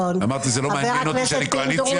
אמרתי: זה לא מעניין אותי שאני קואליציה.